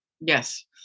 Yes